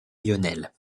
lionel